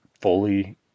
fully